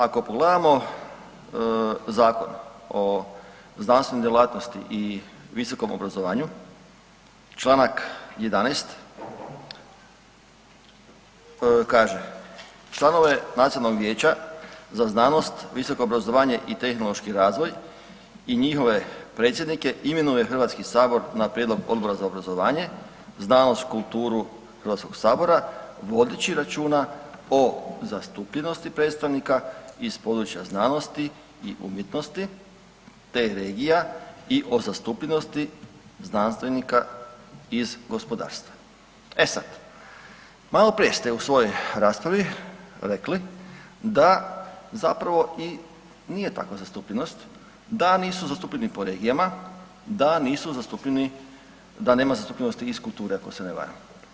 Ako pogledamo Zakon o znanstvenoj djelatnosti i visokom obrazovanju članak 11. kaže: „Članove Nacionalnog vijeća za znanost, visoko obrazovanje i tehnološki razvoj i njihove predsjednike imenuje Hrvatski sabor na prijedlog Odbora za obrazovanje, znanost, kulturu Hrvatskoga sabora vodeći računa o zastupljenosti predstavnika iz područja znanosti i umjetnosti te regija i o zastupljenosti znanstvenika iz gospodarstva.“ E sada, malo prije ste u svojoj raspravi rekli da zapravo i nije takva zastupljenost, da nisu zastupljeni po regijama, da nisu zastupljeni da nema zastupljenosti iz kulture ako se ne varam.